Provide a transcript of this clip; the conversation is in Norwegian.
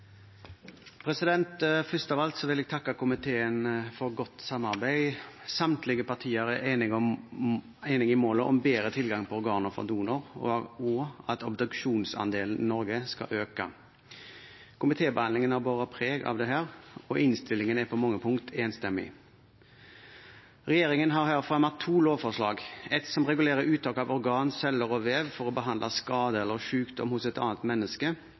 vedtatt. Først av alt vil jeg takke komiteen for godt samarbeid. Samtlige partier er enige i målet om bedre tilgang på organer fra donor, og at obduksjonsandelen i Norge skal øke. Komitébehandlingen har båret preg av dette, og innstillingen er på mange punkter enstemmig. Regjeringen har her fremmet to lovforslag: et forslag som regulerer uttak av organ, celler og vev for å behandle skade eller sykdom hos et annet menneske,